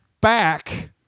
back